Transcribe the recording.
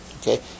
Okay